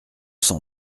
cent